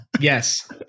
Yes